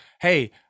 Hey